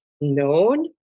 known